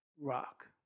rock